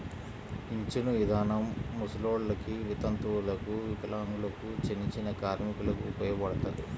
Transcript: పింఛను ఇదానం ముసలోల్లకి, వితంతువులకు, వికలాంగులకు, చిన్నచిన్న కార్మికులకు ఉపయోగపడతది